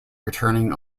returning